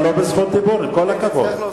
ממשלה, אם